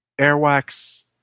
Airwax